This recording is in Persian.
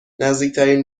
نزدیکترین